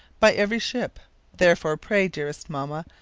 by every ship therefore pray, dearest mamma,